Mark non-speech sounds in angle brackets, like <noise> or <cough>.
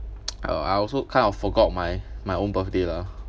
<noise> uh I also kind of forgot my my own birthday lah